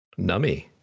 Nummy